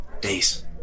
Days